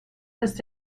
ist